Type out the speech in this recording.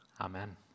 amen